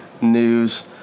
news